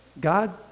god